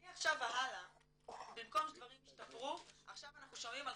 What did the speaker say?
מעכשיו והלאה במקום שדברים ישתפרו עכשיו אנחנו שומעים על